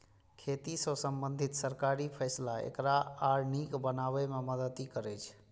खेती सं संबंधित सरकारी फैसला एकरा आर नीक बनाबै मे मदति करै छै